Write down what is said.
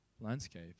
landscape